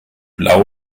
blau